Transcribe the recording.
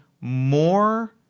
more